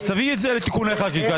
תביא את זה לתיקוני חקיקה.